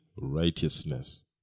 righteousness